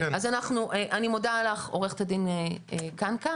אני מודה לך עו"ד קנקה.